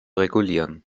regulieren